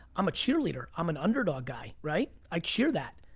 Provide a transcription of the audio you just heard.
i'm a cheerleader. i'm an underdog guy, right? i cheer that.